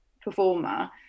performer